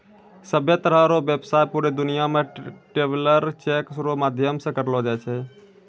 सभ्भे तरह रो व्यवसाय पूरे दुनियां मे ट्रैवलर चेक रो माध्यम से करलो जाय छै